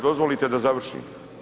dozvolite da završim.